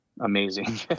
amazing